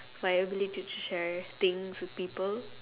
my ability to share things with people